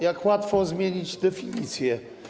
Jak łatwo zmienić definicję.